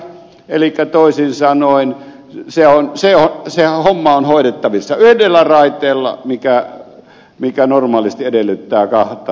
elikkä toisin sanoen se homma on hoidettavissa yhdellä raiteella joka normaalisti edellyttää kahta raidetta rinnakkain